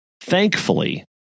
Thankfully